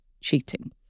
cheating